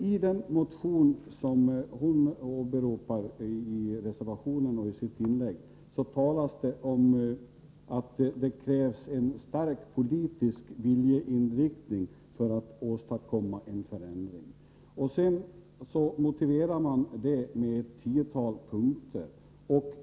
I den motion som hon åberopar i reservationen och i sitt inlägg talas det om att det krävs en stark politisk viljeinriktning för att åstadkomma en förändring. Detta motiveras i ett tiotal punkter.